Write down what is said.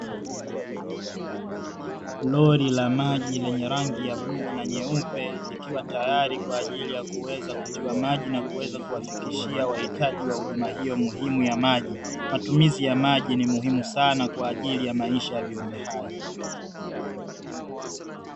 Lori la maji lenye rangi ya bluu na nyeupe likiwa tayari kwa ajili ya kuweza kutiwa maji na kuweza kuwafikishia wahitaji wa huduma hiyo muhimu ya maji. Matumizi ya maji ni muhimu sana kwa ajili ya maisha ya viumbe hai.